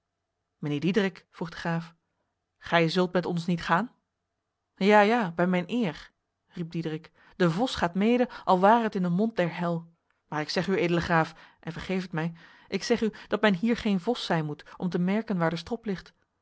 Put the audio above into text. mijnheer diederik vroeg de graaf gij zult met ons niet gaan ja ja bij mijn eer riep diederik de vos gaat mede al ware het in de mond der hel maar ik zeg u edele graaf en vergeef het mij ik zeg u dat men hier geen vos zijn moet om te merken waar de